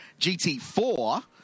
GT4